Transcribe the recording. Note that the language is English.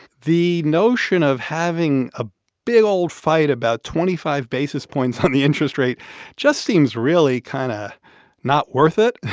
the notion of having a big, old fight about twenty five basis points on the interest rate just seems really kind of not worth it.